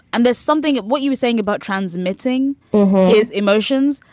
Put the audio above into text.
and there's something. what you were saying about transmitting his emotions.